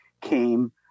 came